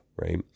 right